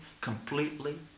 completely